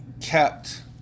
kept